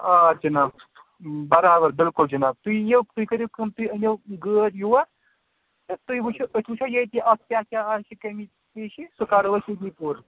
آ جناب برابر بِلکُل جِناب تُہۍ أنِو گٲڑۍ یور تُہۍ وچھو أسۍ وچھو ییٚتی اتھ کیاہ آسہِ کمی پیٖشی سُہ کروس أسۍ ییٚتی دوٗر